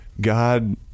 God